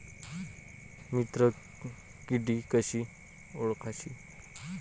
मित्र किडी कशी ओळखाची?